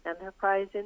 Enterprise